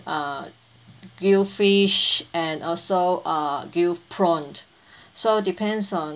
uh grilled fish and also are uh grilled prawn so depends on